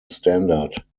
standard